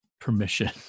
permission